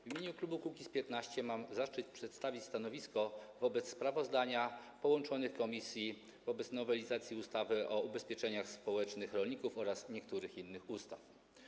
W imieniu klubu Kukiz’15 mam zaszczyt przedstawić stanowisko wobec sprawozdania połączonych komisji o nowelizacji ustawy o ubezpieczeniu społecznym rolników oraz niektórych innych ustaw.